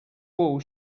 wall